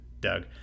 Doug